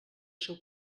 seu